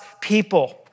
people